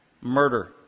Murder